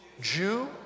Jew